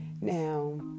now